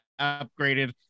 upgraded